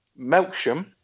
Melksham